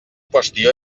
qüestió